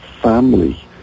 family